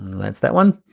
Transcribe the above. that's that one.